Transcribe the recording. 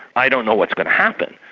i don't know what's going to happen,